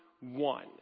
One